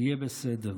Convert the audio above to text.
יהיה בסדר.